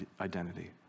identity